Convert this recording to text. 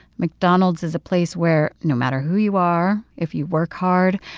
mcdonald's is a place where, no matter who you are, if you work hard,